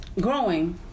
growing